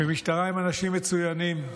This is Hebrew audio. משטרה עם אנשים מצוינים,